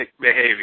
behavior